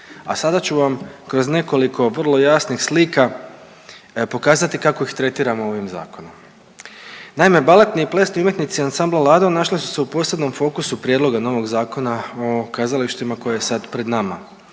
a sada ću vam kroz nekoliko vrlo jasnih slika pokazati kako ih tretiramo ovim zakonom. Naime, baletni i plesni umjetnici ansambla Lado našli su se u posebnom fokusu prijedloga novog Zakona o kazalištima koji je sad pred nama.